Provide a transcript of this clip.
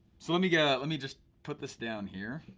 so let me yeah let me just put this down here,